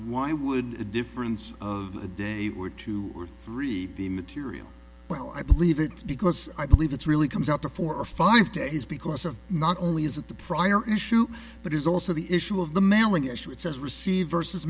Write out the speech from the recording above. why would a difference of a day or two or three be material well i believe it because i believe it's really comes out to four or five days because of not only is it the prior issue but it's also the issue of the mailing issue it says receive versus